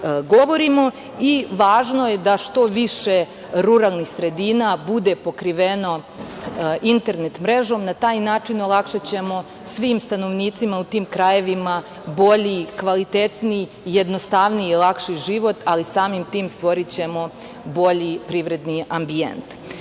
Važno je da što više ruralnih sredina bude pokriveno internet mrežom. Na taj način olakšaćemo svim stanovnicima u tim krajevima bolji, kvalitetniji, jednostavniji i lakši život, ali samim tim stvorićemo bolji privredni ambijent. Složiću